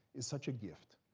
is such a gift.